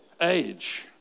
age